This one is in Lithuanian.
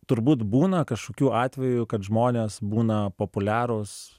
turbūt būna kažkokių atvejų kad žmonės būna populiarūs